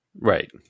Right